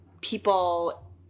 people